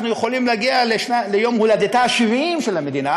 יכולים להגיע ליום הולדתה ה-70 של המדינה,